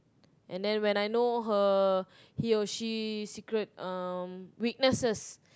and then when I know her he or she secret um weaknesses